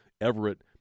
Everett